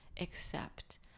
accept